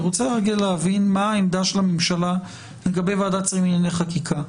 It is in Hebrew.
אני רוצה רגע להבין מה העמדה של הממשלה לגבי ועדת השרים לענייני חקיקה.